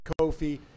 Kofi